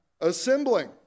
assembling